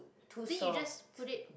then you just put it